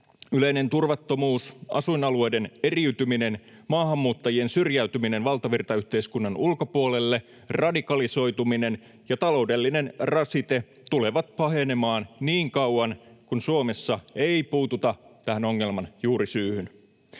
yleinen turvattomuus, asuinalueiden eriytyminen, maahanmuuttajien syrjäytyminen valtavirtayhteiskunnan ulkopuolelle, radikalisoituminen ja taloudellinen rasite, tulevat pahenemaan niin kauan kuin Suomessa ei puututa tähän ongelman juurisyyhyn.